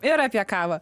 ir apie kavą